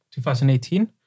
2018